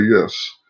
yes